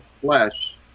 flesh